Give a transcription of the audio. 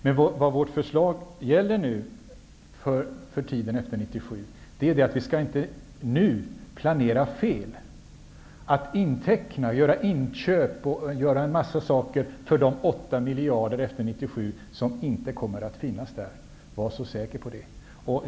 Men det vårt förslag för tiden efter 1997 gäller är att vi inte skall planera fel. Vi skall inte inteckna de 8 miljarder som inte kommer att finnas efter 1997.